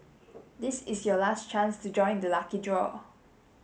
this is your last chance to join the lucky draw